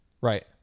Right